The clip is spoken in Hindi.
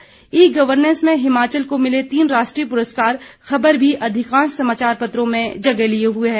ई गवर्नेंस में हिमाचल को मिले तीन राष्ट्रीय पुरस्कार खबर भी अधिकांश समाचार पत्रों में जगह लिये हुए है